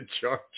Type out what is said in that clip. charge